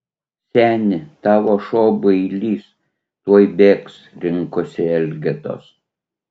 seni tavo šuo bailys tuoj bėgs rinkosi elgetos